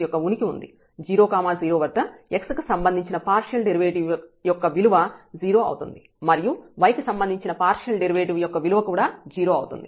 0 0 వద్ద x కి సంబంధించిన పార్షియల్ డెరివేటివ్ యొక్క విలువ 0 అవుతుంది మరియు y కి సంబంధించిన పార్షియల్ డెరివేటివ్ యొక్క విలువ కూడా 0 అవుతుంది